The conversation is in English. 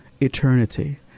eternity